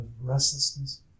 restlessness